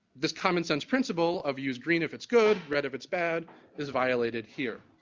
this common sense principle of use green if it's good, red if it's bad is violated here.